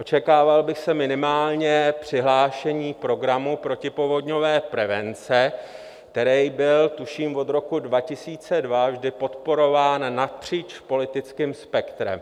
Očekával bych minimálně přihlášení se k programu protipovodňové prevence, který byl tuším od roku 2002 vždy podporován napříč politickým spektrem.